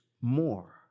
more